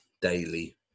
daily